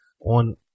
on